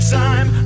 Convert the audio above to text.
time